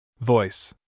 Voice